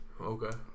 Okay